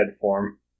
form